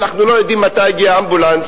אנחנו לא יודעים מתי הגיע אמבולנס,